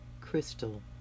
crystal